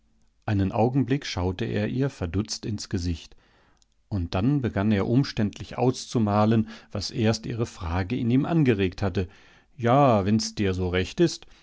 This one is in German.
einen augenblick schaute er ihr verdutzt ins gesicht und dann begann er umständlich auszumalen was erst ihre frage in ihm angeregt hatte ja wenn's dir so recht ist